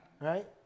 right